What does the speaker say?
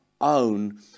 own